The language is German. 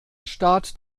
staat